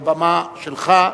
הבמה שלך.